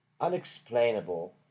unexplainable